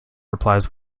replies